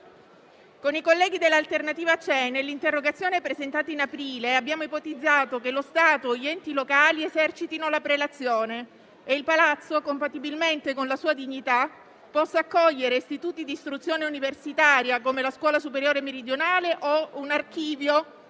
Con i colleghi di L'Alternativa C'è nell'interrogazione presentata in aprile abbiamo ipotizzato che lo Stato e gli enti locali esercitino la prelazione e il palazzo, compatibilmente con la sua dignità, possa accogliere istituti di istruzione universitaria, come la Scuola superiore meridionale o un archivio